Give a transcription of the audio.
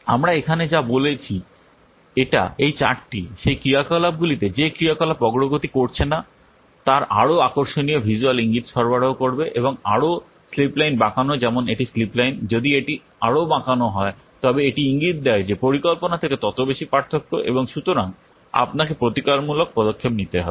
আমরা এখানে যা বলছি এটি এই চার্টটি সেই ক্রিয়াকলাপগুলিতে যে ক্রিয়াকলাপ অগ্রগতি করছে না তার আরও আকর্ষণীয় ভিজ্যুয়াল ইঙ্গিত সরবরাহ করবে এবং আরও স্লিপ লাইন বাঁকানো যেমন এটি স্লিপ লাইন যদি এটি আরও বাঁকানো হয় তবে এটি ইঙ্গিত দেয় যে পরিকল্পনা থেকে তত বেশি পার্থক্য এবং সুতরাং আপনাকে প্রতিকারমূলক পদক্ষেপ নিতে হবে